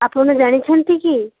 ଆପଣ ଜାଣିଛନ୍ତି କି